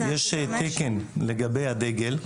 יש תקן לגבי הדגל,